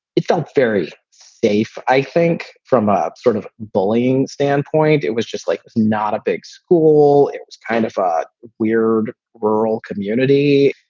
it felt very safe. i think from ah sort of bullying standpoint, it was just like not a big school. it was kind of a weird rural community.